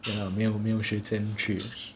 没有没有时间去